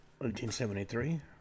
1873